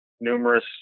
numerous